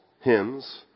hymns